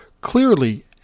clearly